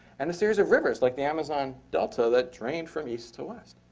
and a series of rivers like the amazon delta that drain from east to west.